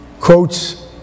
Quotes